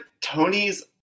Tony's